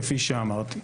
כפי שאמרתי.